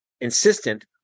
insistent